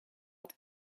had